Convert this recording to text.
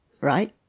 right